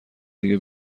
دیگه